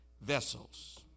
vessels